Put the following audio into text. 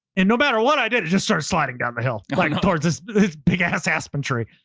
and no matter what i did, it just started sliding down the hill like towards this big ass aspen tree.